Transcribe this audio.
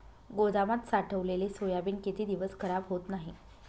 गोदामात साठवलेले सोयाबीन किती दिवस खराब होत नाही?